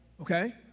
Okay